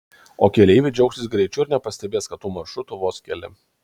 o keleiviai džiaugsis greičiu ir nepastebės kad tų maršrutų vos keli